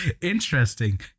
Interesting